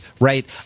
right